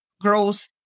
growth